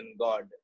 God